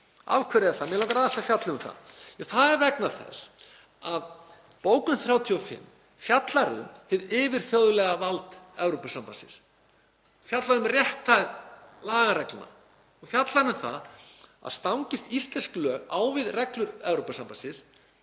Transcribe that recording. Af hverju er það? Mig langar aðeins að fjalla um það. Það er vegna þess að bókun 35 fjallar um hið yfirþjóðlega vald Evrópusambandsins, fjallar um rétthæð lagareglna og fjallar um það að stangist íslensk lög á við reglur Evrópusambandsins